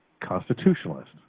constitutionalist